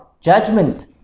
judgment